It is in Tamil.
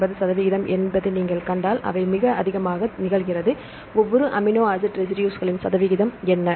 9 சதவிகிதம் என்று நீங்கள் கண்டால் அவை மிக அதிகமாக நிகழ்கிறது ஒவ்வொரு அமினோ ஆசிட் ரெசிடுஸ்களின் சதவீதம் என்ன